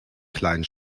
kleinen